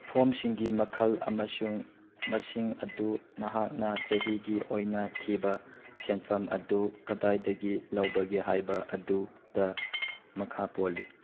ꯐꯣꯔꯝꯁꯤꯡꯒꯤ ꯃꯈꯜ ꯑꯃꯁꯨꯡ ꯃꯁꯤꯡ ꯑꯗꯨ ꯅꯍꯥꯛꯅ ꯆꯍꯤꯒꯤ ꯑꯣꯏꯅ ꯊꯤꯕ ꯁꯦꯟꯐꯝ ꯑꯗꯨ ꯀꯗꯥꯏꯗꯒꯤ ꯂꯧꯕꯒꯦ ꯍꯥꯏꯕ ꯑꯗꯨꯗ ꯃꯈꯥ ꯄꯣꯜꯂꯤ